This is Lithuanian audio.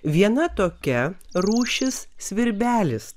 viena tokia rūšis svirbelis